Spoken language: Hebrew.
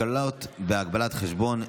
הקלות בהגבלת חשבון),